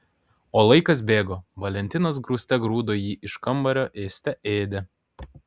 o laikas bėgo valentinas grūste grūdo jį iš kambario ėste ėdė